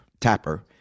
Tapper